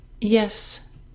Yes